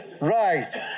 right